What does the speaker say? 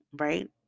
right